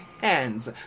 hands